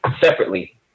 separately